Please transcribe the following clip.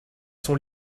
sont